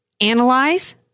analyze